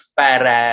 para